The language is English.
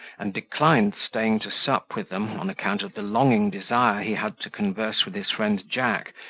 and declined staying to sup with them, on account of the longing desire he had to converse with his friend jack,